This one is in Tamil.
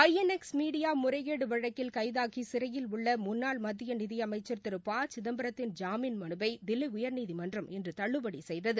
ஐ என் எக்ஸ் மீடியா முறைகேடு வழக்கில் கைதாகி சிறையில் உள்ள முன்னாள் மத்திய நிதி அமைச்சர் திரு ப சிதம்பரத்தின் ஜாமீன் மனுவை தில்லி உயர்நீதிமன்றம் இன்று தள்ளுபடி செய்தது